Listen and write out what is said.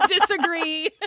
Disagree